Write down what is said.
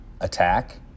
attack